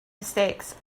mistakes